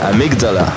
Amygdala